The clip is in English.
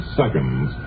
seconds